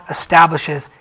establishes